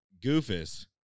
Goofus